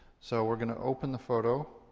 so we're gonna open the photo,